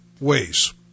ways